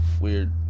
weird